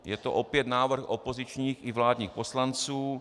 Je to opět návrh opozičních i vládních poslanců.